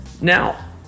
now